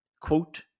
quote